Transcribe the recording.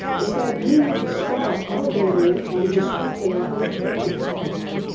is that we need to start elevating and respecting our own critical discourse